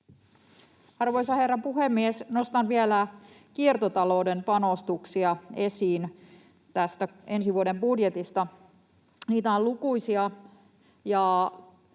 Arvoisa herra puhemies! Nostan vielä kiertotalouden panostuksia esiin tästä ensi vuoden budjetista. Niitä on lukuisia,